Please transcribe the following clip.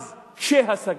אז קשה-השגה.